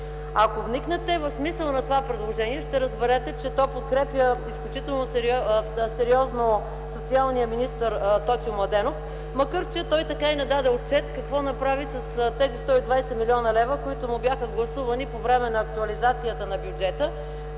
Ако вникнете в смисъла на това предложение ще разберете, че то подкрепя изключително сериозно социалния министър Тотю Младенов, макар че той така и не даде отчет, какво направи с тези 120 млн. лв., които му бяха гласувани по време на актуализацията на бюджета.